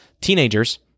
Teenagers